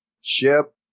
ship